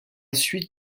suite